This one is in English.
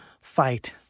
fight